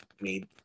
made